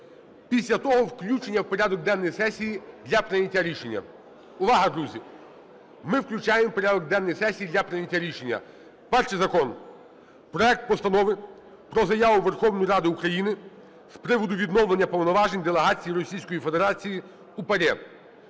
Після того включення в порядок денний сесії для прийняття рішення. Увага, друзі! Ми включаємо в порядок денний сесії для прийняття рішення: перший закон – проект Постанови про Заяву Верховної Ради України з приводу відновлення повноважень делегації Російської Федерації у ПАРЄ.